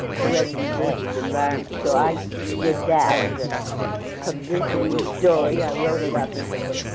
heredity versus environment. so i did that as a publicity story i wrote it up, and so but